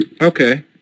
Okay